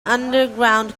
underground